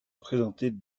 présentait